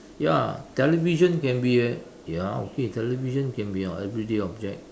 ya television can be a ya okay television can be our everyday object